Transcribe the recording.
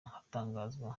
hatangazwa